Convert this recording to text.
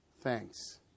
Thanks